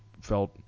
felt